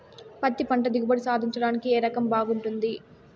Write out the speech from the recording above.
పత్తి పంట దిగుబడి సాధించడానికి ఏ రకం బాగుంటుంది?